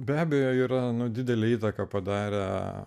be abejo yra nuo didelę įtaką padarę